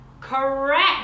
Correct